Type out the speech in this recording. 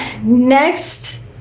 next